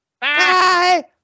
Bye